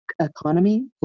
economy